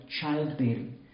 childbearing